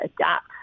adapt